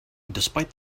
despite